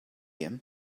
him